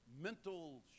mental